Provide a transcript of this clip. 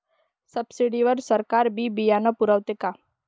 Subsidy वर सरकार बी बियानं पुरवते का?